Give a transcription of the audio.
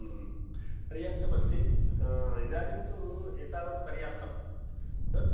पर्याप्तम् अस्ति इदानीं तु एतावत् पर्याप्तम्